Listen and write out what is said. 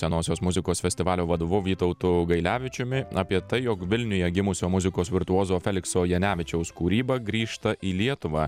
senosios muzikos festivalio vadovu vytautu gailevičiumi apie tai jog vilniuje gimusio muzikos virtuozo felikso janevičiaus kūryba grįžta į lietuvą